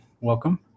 Welcome